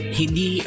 hindi